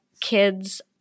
kids